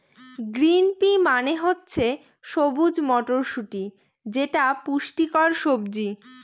green pea মানে হচ্ছে সবুজ মটরশুটি যেটা পুষ্টিকর সবজি